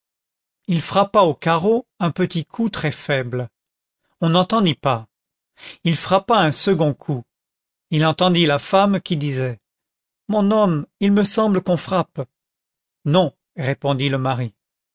il frappa au carreau un petit coup très faible on n'entendit pas il frappa un second coup il entendit la femme qui disait mon homme il me semble qu'on frappe non répondit le mari